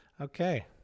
Okay